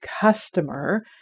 customer